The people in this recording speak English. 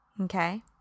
okay